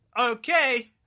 Okay